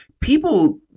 People